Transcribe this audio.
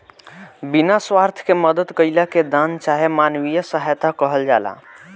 बिना स्वार्थ के मदद कईला के दान चाहे मानवीय सहायता कहल जाला